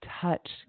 touch